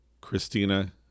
christina